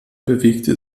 bewegte